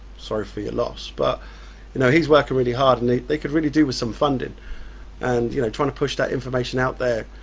sorry for your loss but you know he's working really hard and they could really do with some funding and you know trying to push that information out there,